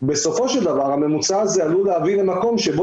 בסופו של דבר הממוצע הזה עלול להביא למקום שבו